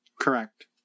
Correct